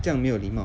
这样没有礼貌